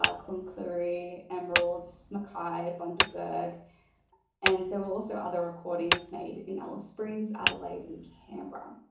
ah cloncurry, emerald, mckay, bundaberg and there were also other recordings made in alice springs, adelaide and canberra.